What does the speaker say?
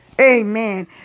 amen